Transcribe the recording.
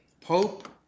pope